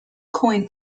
coin